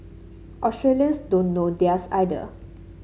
Australians don't know theirs either